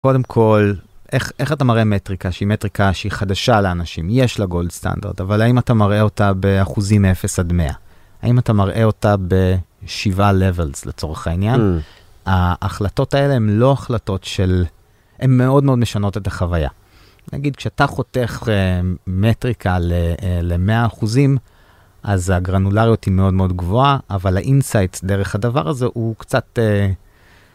קודם כול, איך אתה מראה מטריקה שהיא מטריקה שהיא חדשה לאנשים? יש לה גולד סטנדרט, אבל האם אתה מראה אותה באחוזים מ-0 עד 100? האם אתה מראה אותה ב-7 לבלס לצורך העניין? ההחלטות האלה הן לא החלטות של... הן מאוד מאוד משנות את החוויה. נגיד, כשאתה חותך מטריקה ל-100 אחוזים, אז הגרנולריות היא מאוד מאוד גבוהה, אבל האינסייט דרך הדבר הזה הוא קצת...